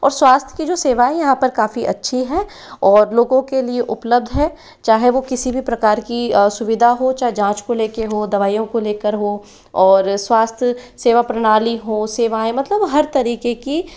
और स्वास्थ्य की जो सेवाएँ यहाँ पर काफ़ी अच्छी हैं और लोगों के लिए उपलब्ध हैं चाहे वो किसी भी प्रकार की सुविधा हो चाहे जाँच को लेकर हो दवाइयों को लेकर हो और स्वास्थ्य सेवा प्राणली हो सेवाएँ मतलब हर तरीके की